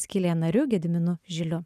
skylė nariu gediminu žiliu